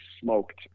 smoked